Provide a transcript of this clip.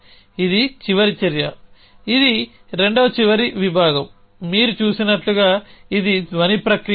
ఇది చివరి చర్య ఇది రెండవ చివరి విభాగం మీరు చూసినట్లుగా ఇది ధ్వని ప్రక్రియ కాదు